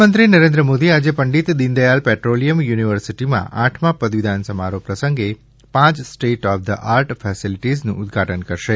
પ્રધાન મંત્રી શ્રી નરેન્દ્ર મોદી આજે પંડિત દીનદયાળ પેટ્રોલિયમ યુનિવર્સિટીમાં આઠમા પદવીદાન સમારોહ પ્રસંગે પાંચ સ્ટેટ ઓફ ધ આર્ટ ફેસિલિટીઝનું ઉદ્વાટન કરશે